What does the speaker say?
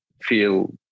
feel